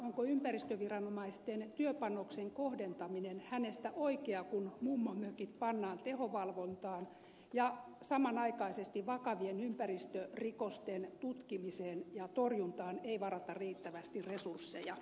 onko ympäristöviranomaisten työpanoksen kohdentaminen hänestä oikeaa kun mummonmökit pannaan tehovalvontaan ja samanaikaisesti vakavien ympäristörikosten tutkimiseen ja torjuntaan ei varata riittävästi resursseja